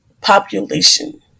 population